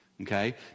Okay